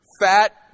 fat